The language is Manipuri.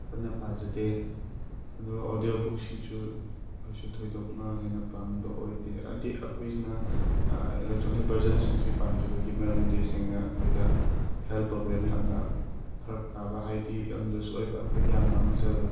ꯄꯨꯟꯅ ꯄꯖꯗꯦ ꯑꯗꯣ ꯑꯣꯗꯤꯑꯣ ꯕꯨꯛꯁꯤꯡꯁꯨ ꯀꯩꯁꯨ ꯊꯣꯏꯗꯣꯛꯅ ꯍꯦꯟꯅ ꯄꯥꯝꯕ ꯑꯣꯏꯗꯦ ꯍꯥꯏꯗꯤ ꯑꯩꯈꯣꯏꯅ ꯏꯂꯦꯛꯇ꯭ꯔꯣꯅꯤꯛ ꯚꯔꯖꯟꯁꯤꯡꯁꯤ ꯄꯥꯝꯗ꯭ꯔꯤꯕꯒꯤ ꯃꯔꯝꯗꯤ ꯁꯦꯡꯅ ꯑꯩꯈꯣꯏꯗ ꯍꯦꯜꯊ ꯄ꯭ꯔꯣꯕ꯭ꯂꯦꯝ ꯌꯥꯝꯅ ꯐꯔꯛ ꯇꯥꯕ ꯍꯥꯏꯕꯗꯤ ꯌꯥꯝ ꯂꯨꯁ ꯑꯣꯏꯕ ꯑꯩꯈꯣꯏꯗ ꯌꯥꯝ ꯃꯥꯡꯖꯕ